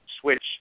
switch